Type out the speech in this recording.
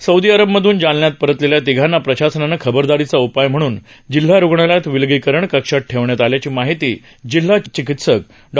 Saudi अरबमधून जालन्यात परतलेल्या तिघांना प्रशासनानं खबरदारीचा उपाय म्हणून जिल्हा रुग्णालयातल्या विलगीकरण कक्षात ठेवण्यात आल्याची माहिती जिल्हा शल्यचिकित्सक डॉ